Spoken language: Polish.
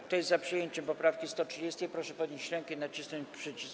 Kto jest za przyjęciem poprawki 130., proszę podnieść rękę i nacisnąć przycisk.